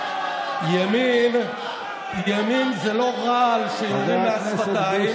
ימין זה לא רעל שיורים מהשפתיים,